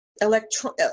electron